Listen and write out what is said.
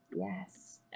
Yes